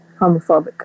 homophobic